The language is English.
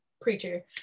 preacher